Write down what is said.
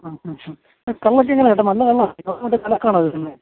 ആ ആ ആ കള്ളൊക്കെ എങ്ങനെയാണ് ചേട്ടാ നല്ല കള്ളാണോ